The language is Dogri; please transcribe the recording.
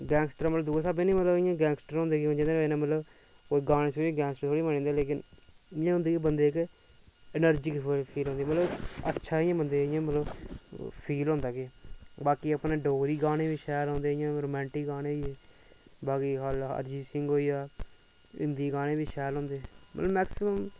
गैंगस्टर मतलव दूऐ साह्बै दे गैंगस्टर जेह्दे च गाने च मतलव गैंगस्टर बनी जंदे न ओह्दे कन्नै बंदे गी मतलव ऐनर्जी फील होंदी पावर ओंदी बाकि अपने डोगरी गाने बी शैल होंदे रोमैंटिक होंदे बाकि अर्जीत सिंह होईआ हिंदी गाने बी शैल होंदे